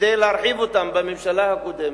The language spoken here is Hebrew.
כדי להרחיב אותם בממשלה הקודמת.